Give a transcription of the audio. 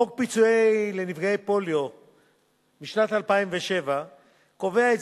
חוק פיצוי לנפגעי פוליו משנת 2007 קובע את